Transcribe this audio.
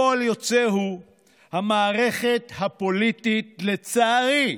פועל יוצא הוא שהמערכת הפוליטית, לצערי,